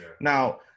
Now